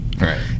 Right